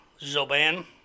Zoban